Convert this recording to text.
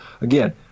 again